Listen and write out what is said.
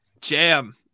Jam